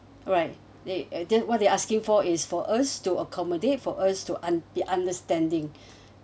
alright they uh what they are asking for is for us to accommodate for us to un~ to be understanding